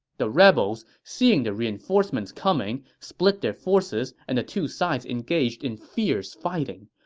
the rebels, seeing the reinforcements coming, split their forces and the two sides engaged in fierce fighting.